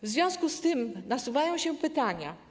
W związku z tym nasuwają się pytania.